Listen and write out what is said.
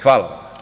Hvala.